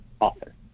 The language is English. author